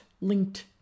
linked